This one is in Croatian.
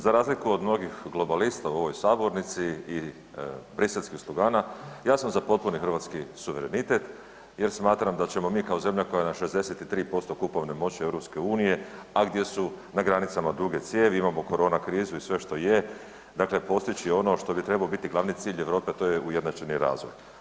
Za razliku od mnogih globalista u ovoj sabornici i briselskih slugana, ja sam za potpuni hrvatski suverenitet jer smatram da ćemo mi kao zemlja koja je na 63% kupovne moći EU, a gdje su na granicama duge cijevi, imamo korona krizu i sve što je, dakle postići ono što bi trebao biti glavni cilj Europe, a to je ujednačeni razvoj.